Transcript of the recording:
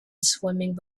swimming